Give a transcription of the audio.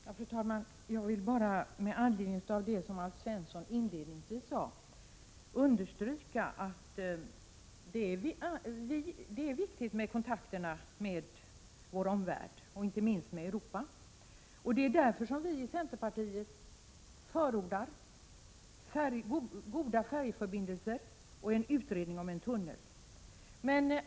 Fru talman! Jag vill bara med anledning av det som Alf Svensson inledningsvis sade understryka att kontakterna med vår omvärld är viktiga, inte minst med övriga Europa. Det är därför som vi i centerpartiet förordar goda färjeförbindelser och en utredning om en tunnel.